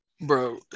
Bro